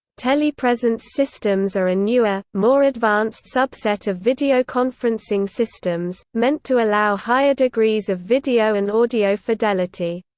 telepresence systems are a newer, more advanced subset of videoconferencing systems, meant to allow higher degrees of video and audio fidelity.